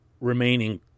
remaining